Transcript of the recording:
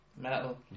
metal